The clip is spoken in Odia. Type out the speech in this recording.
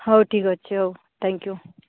ହଉ ଠିକ୍ ଅଛି ହଉ ଥ୍ୟାଙ୍କ୍ ୟୁ